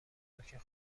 نوک